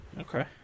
Okay